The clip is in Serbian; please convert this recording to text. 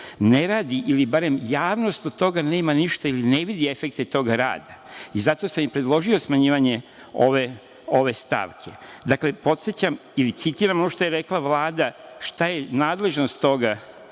ne radi ili barem javnost od toga nema ništa ili ne vidi efekte toga rada. Zato sam i predložio smanjivanje ove stavke. Dakle, podsećam ili citiram ono što je rekla Vlada, šta je nadležnost tog